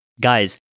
guys